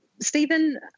Stephen